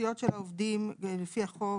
הבסיסיות של העובדים לפי החוק,